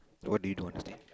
what do you don't understand